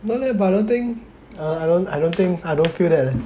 no leh but I don't think ah I don't I don't think I don't feel that leh